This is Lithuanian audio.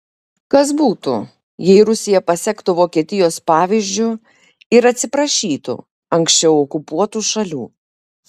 kas būtų jei rusija pasektų vokietijos pavyzdžiu ir atsiprašytų anksčiau okupuotų šalių